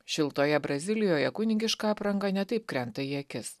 šiltoje brazilijoje kunigiška apranga ne taip krenta į akis